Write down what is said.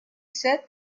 said